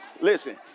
listen